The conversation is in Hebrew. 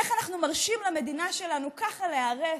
איך אנחנו מרשים למדינה שלנו ככה להיהרס,